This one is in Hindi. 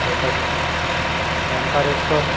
पर्यटक है ओंकारेश्वर